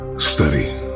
Study